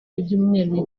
ibyumweru